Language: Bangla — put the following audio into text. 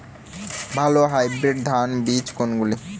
ভালো হাইব্রিড ধান বীজ কোনগুলি?